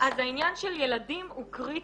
אז העניין של ילדים הוא קריטי,